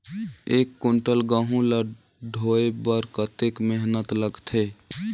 एक कुंटल गहूं ला ढोए बर कतेक मेहनत लगथे?